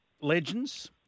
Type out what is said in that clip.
legends